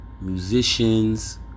musicians